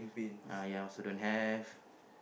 uh ya I also don't have